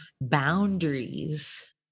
boundaries